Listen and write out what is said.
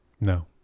No